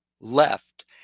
left